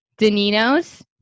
Danino's